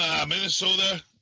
Minnesota